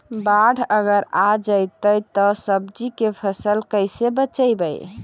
बाढ़ अगर आ जैतै त सब्जी के फ़सल के कैसे बचइबै?